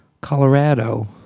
Colorado